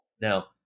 Now